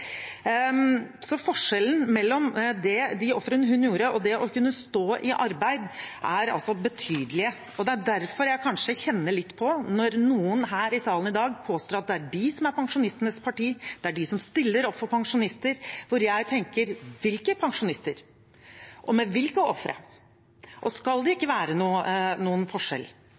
Forskjellen mellom de ofrene hun gjorde, og det å kunne stå i arbeid er altså betydelig. Det er derfor jeg kanskje kjenner litt på det når noen i salen i dag påstår at det er de som er pensjonistenes parti, at det er de som stiller opp for pensjonister. Da tenker jeg: Hvilke pensjonister? Og med hvilke ofre? Skal det ikke være noen forskjell?